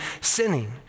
sinning